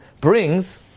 brings